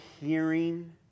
hearing